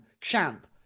champ